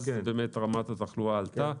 אז רמת התחלואה עלתה.